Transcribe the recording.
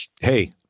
hey